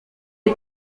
est